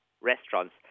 restaurants